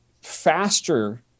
faster